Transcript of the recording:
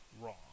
wrong